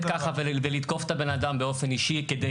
ככה ולתקוף את הבן אדם באופן אישי כדי,